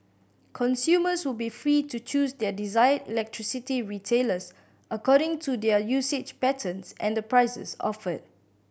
consumers will be free to choose their desired electricity retailers according to their usage patterns and the prices offered